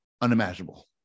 unimaginable